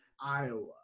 Iowa